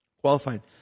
Qualified